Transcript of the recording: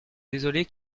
désolé